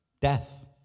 Death